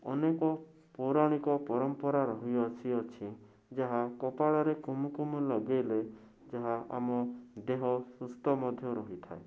ଅନେକ ପୌରାଣିକ ପରମ୍ପରା ରହିଅଛି ଅଛି ଯାହା କପାଳରେ କୁମ୍ କୁମ୍ ଲଗାଇଲେ ଯାହା ଆମ ଦେହ ସୁସ୍ଥ ମଧ୍ୟ ରହିଥାଏ